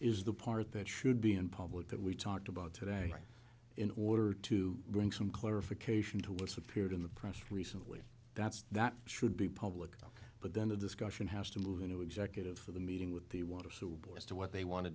is the part that should be in public that we talked about today in order to bring some clarification to listen appeared in the press recently that's that should be public but then the discussion has to move into executive for the meeting with the water so boy as to what they want to